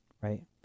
right